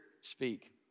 speak